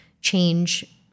change